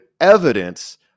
evidence